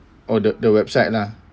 oh the the website lah